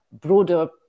broader